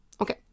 Okay